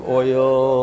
oil